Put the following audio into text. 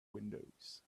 windows